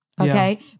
Okay